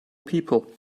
people